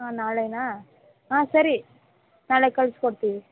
ಹಾಂ ನಾಳೆನಾ ಹಾಂ ಸರಿ ನಾಳೆ ಕಳ್ಸ್ಕೊಡ್ತೀವಿ